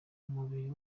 umubiri